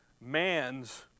Man's